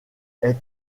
est